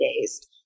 days